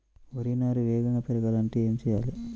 వరి నారు వేగంగా పెరగాలంటే ఏమి చెయ్యాలి?